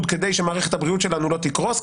כדי שמערכת הבריאות שלנו לא תקרוס,